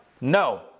no